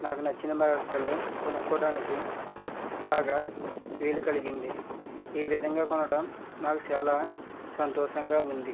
నాకు నచ్చిన బట్టలు కొనుక్కోవడానికి బాగా వీలు కలిగింది ఈ విధంగా కొనడం నాకు చాలా సంతోషంగా ఉంది